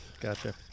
Gotcha